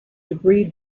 debris